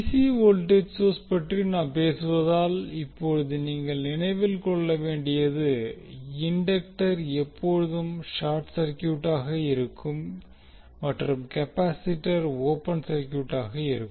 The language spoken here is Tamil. சி வோல்டேஜ் சோர்ஸ் பற்றி நாம் பேசுவதால் இப்போது நீங்கள் நினைவில் கொள்ள வேண்டியது இண்டக்டர் எப்போதும் ஷார்ட்சர்கியூட்டாக இருக்கும் மற்றும் கெபாசிட்டர் ஓபன் சர்க்யூட்டாக இருக்கும்